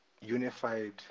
unified